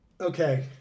okay